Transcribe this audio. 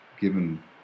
given